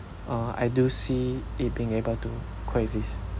uh I do see it being able to coexist